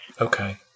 Okay